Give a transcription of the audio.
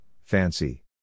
fancy